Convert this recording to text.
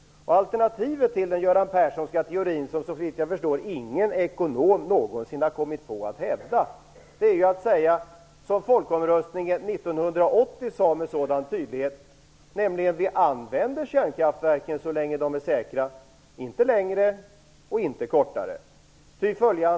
Alternativet till den Göran Perssonska teorin - som såvitt jag förstår ingen ekonom någonsin har kommit på att hävda - är att säga som med sådan tydlighet sades vid folkomröstningen år 1980: Vi använder kärnkraftverken så länge de är säkra; inte längre och inte kortare.